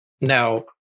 Now